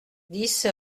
dix